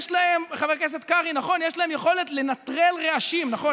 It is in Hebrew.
חבר הכנסת קרעי, יש להם יכולת לנטרל רעשים, נכון?